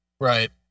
right